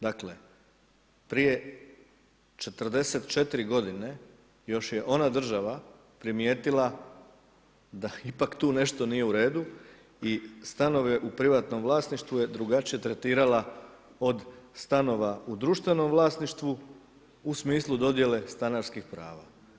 Dakle, prije 44 g. još je ona država primijetila da ipak tu nešto nije u redu i stanove u privatnom vlasništvu je drugačije tretirala od stanova u društvenom vlasništvu, u smislu dodjele stanarskih prava.